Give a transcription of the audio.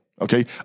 Okay